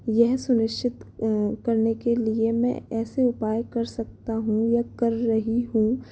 यह सुनिश्चित करने के लिए मैं ऐसे उपाय कर सकता हूँ या कर रही हूँ